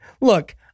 look